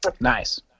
Nice